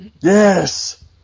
yes